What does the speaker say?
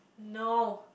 no